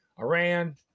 Iran-